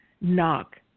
knock